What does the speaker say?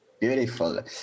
Beautiful